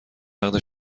نقد